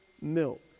milk